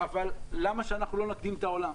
למה שאנחנו לא נקדים את העולם?